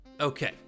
okay